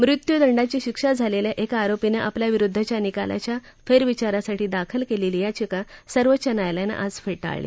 मृत्यूदंडाची शिक्षा झालेल्या एका आरोपीनं आपल्या विरुद्धच्या निकालाच्या फेरविचारासाठी दाखल केलेली याचिका सर्वोच्च न्यायालयानं आज फेटाळली